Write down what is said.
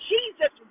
Jesus